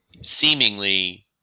seemingly